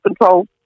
control